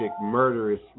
murderous